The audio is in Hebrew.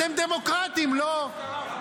אתם דמוקרטים, לא?